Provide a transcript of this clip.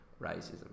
Racism